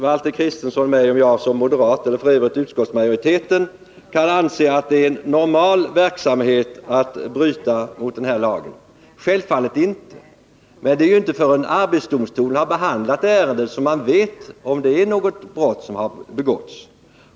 Valter Kristenson frågade om jag som moderat och i egenskap av företrädare för utskottsmajoriteten anser det vara en normal verksamhet i företagen att bryta mot denna lag. Självfallet inte! Men det är inte förrän arbetsdomstolen har behandlat ärendet som man vet om något brott har begåtts.